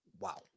Wow